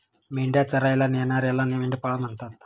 मेंढ्या चरायला नेणाऱ्याला मेंढपाळ म्हणतात